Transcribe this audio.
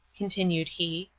continued he,